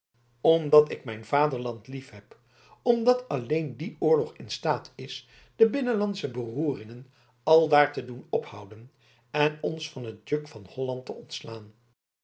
omdat ik mijn vaderland liefheb omdat alleen die oorlog in staat is de binnenlandsche beroeringen aldaar te doen ophouden en ons van het juk van holland te ontslaan